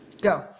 Go